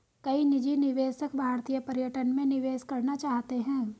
कई निजी निवेशक भारतीय पर्यटन में निवेश करना चाहते हैं